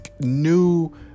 new